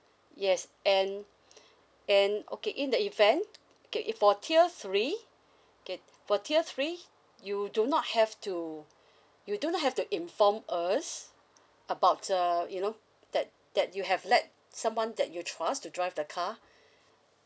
yes and and okay in the event okay if for tier three okay for tier three you do not have to you don't have to inform us about err you know that that you have let someone that you trust to drive the car